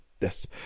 yes